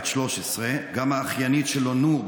בת 13. גם האחיינית שלו נור,